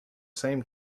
same